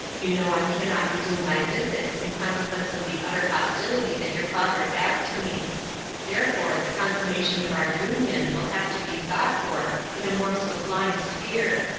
you know i cannot resume my visits, in consequence of the utter hostility that your father has to me therefore the consummation of our union will have to be sought for in a more sublime sphere,